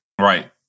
Right